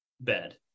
bed